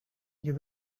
you